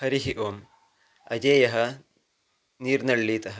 हरिः ओम् अजयः निर्नळ्ळीतः